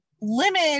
limit